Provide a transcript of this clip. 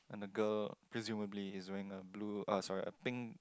and the girl presumably is wearing a blue uh sorry a pink